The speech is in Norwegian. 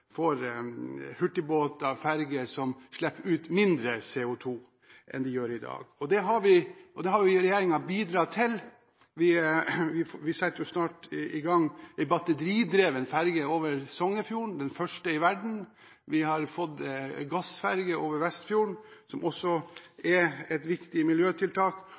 som slipper ut mindre CO2 enn de gjør i dag. Det har regjeringen bidratt til. Vi setter snart i gang en batteridrevet ferje over Sognefjorden, den første i verden, vi har fått gassferje over Vestfjorden, som også er et viktig miljøtiltak,